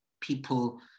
people